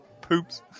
poops